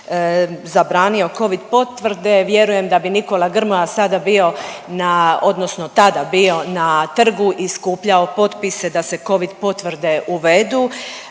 zabranio covid potvrde vjerujem da bi Nikola Grmoja sada bio na, odnosno tada bio na trgu i skupljao potpise da se covid potvrde uvedu.